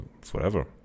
forever